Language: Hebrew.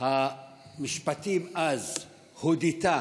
המשפטים אז הודתה